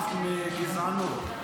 חף מגזענות.